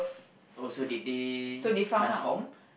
also did they transform